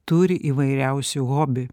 turi įvairiausių hobių